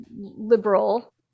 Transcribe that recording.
liberal